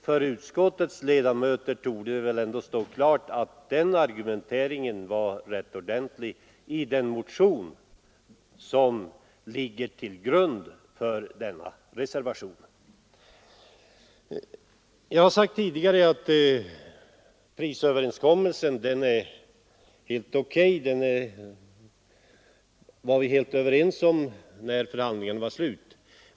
För utskottets ledamöter torde det ändå stå klart att argumenteringen var rätt ordentlig i den motion som ligger till grund för reservationen. Jag har tidigare sagt att vi var helt överens om prisöverenskommelsen när förhandlingarna var slut.